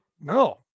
No